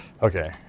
Okay